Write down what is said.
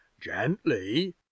gently